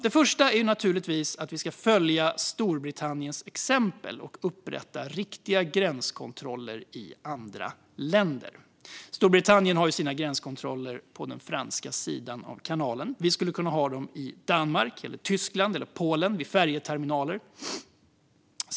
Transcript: Det första är naturligtvis att vi ska följa Storbritanniens exempel och upprätta riktiga gränskontroller i andra länder. Storbritannien har sina gränskontroller på den franska sidan av kanalen. Vi skulle kunna ha dem i Danmark, Tyskland och Polen vid färjeterminaler.